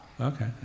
Okay